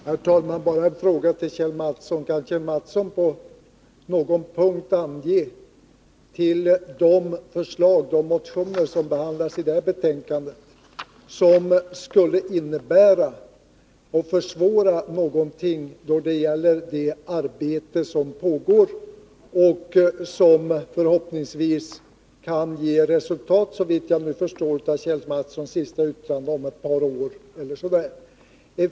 Herr talman! Jag vill bara ställa en fråga till Kjell Mattsson. Kan Kjell Mattsson ange någon punkt i de motioner som behandlas i betänkandet vilken skulle försvåra någonting när det gäller det arbete som pågår och som förhoppningsvis kan ge resultat, såvitt jag nu förstår av Kjell Mattssons senaste yttrande, om ett par år?